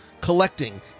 collecting